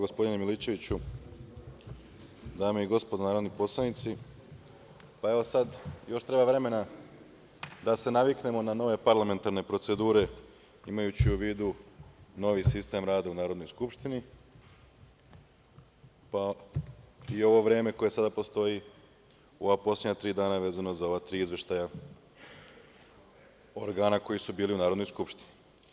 Dame i gospodo narodni poslanici, evo, sad, još treba vremena da se naviknemo na ove parlamentarne procedure, imajući u vidu novi sistem rada u Narodnoj skupštini, pa i ovo vreme koje sada postoji u ova poslednja tri dana vezano za ova tri izveštaja organa koji su bili u Narodnoj skupštini.